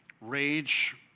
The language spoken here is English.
Rage